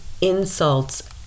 insults